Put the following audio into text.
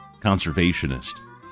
conservationist